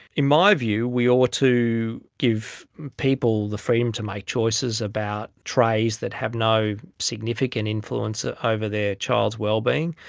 in my view we ought to give people the freedom to make choices about traits that have no significant influence ah over their child's well-being.